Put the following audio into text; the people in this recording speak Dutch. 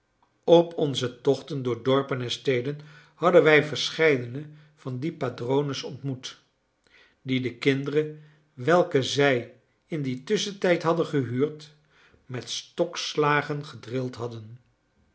op onze tochten door dorpen en steden hadden wij verscheidene van die padrones ontmoet die de kinderen welke zij in dien tusschentijd hadden gehuurd met stokslagen gedrild hadden